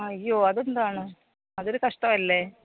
അയ്യോ അതെന്താണ് അതൊരു കഷ്ട്ടമല്ലേ